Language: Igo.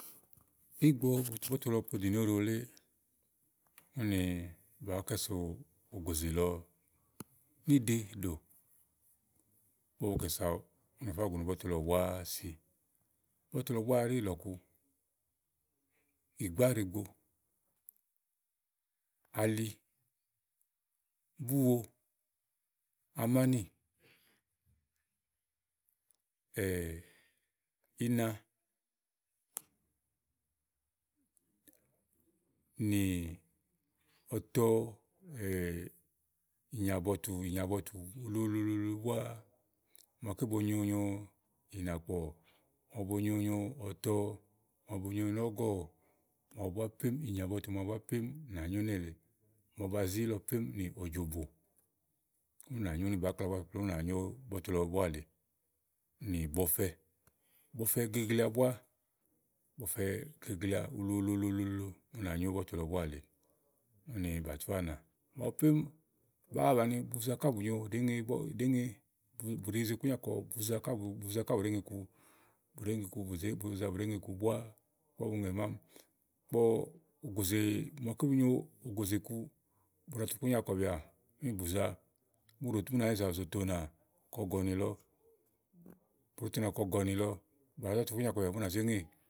Ìgbɔ butu bɔ̀tu lɔ poɖìnì òɖo lɔ wulè ùni bàá kɛ so ògòzè lɔ nìɖe ɖò ùni ba fò gunu bɔri lɔ bùa si. Bɔ̀tu lɔ bùà ɖi lɔ̀ku? Ìgbà ɖíìgbo, ali, bùwo, amànì, ina, nì ìnyà bɔ̀tu uluulu bùà màa bonyo nyo ìnàkpɔ̀, màa bonyo nyo ɔtɔ, ɔ́gɔ̀, ìnyà bɔtù màwu bùa plémù bà nyo néèle, màa ba zi ílɔ plémù nì òJòbò bùa plémù nà nyo bɔtu lɔ éle nì bɔfɛ, bɔfɛ geglea bùà uluulu ùnà nyo bɔ̀tu lɔ bùà éle ùni bàtù anà, màwu plémù buza kà bùnyo ɖèe ŋe, bù ɖéè yize ikùnya kɔ buza bùni ɖèe ŋe, ígbɔ mò maké bu nyo ògòzè ku bù ɖa tu ikùnyà àwakɔ ní ì bùza, bù nà, zò aɖu zo C, bàzà tu ikùnyà akɔ bìà bù nà ze ŋè